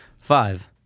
Five